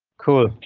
cool.